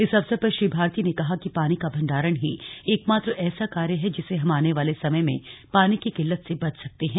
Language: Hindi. इस अवसर पर श्री भारती ने कहा कि पानी का भंडारण ही एकमात्र ऐसा कार्य है जिसे हम आने वाले समय में पानी की किल्लत से बच सकते हैं